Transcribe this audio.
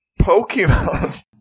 Pokemon